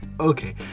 Okay